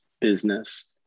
business